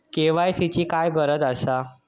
KYC ची काय गरज आसा?